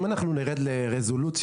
אם אנחנו נרד לרזולוציות,